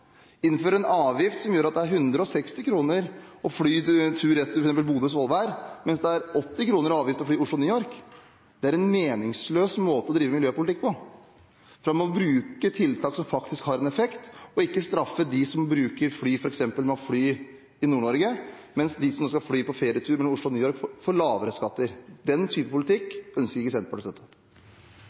innføre CO2-avgift på utenlandsfart – innfører en avgift som f.eks. innebærer 160 kr i avgift for å fly tur-retur Bodø–Svolvær, mens det er 80 kr i avgift for å fly Oslo–New York – er det en meningsløs måte å drive miljøpolitikk på. For man må bruke tiltak som faktisk har en effekt, og ikke straffe dem som bruker fly til f.eks. Nord-Norge, mens de som skal fly på ferietur mellom Oslo og New York, får lavere skatter. Den type politikk ønsker ikke Senterpartiet å støtte.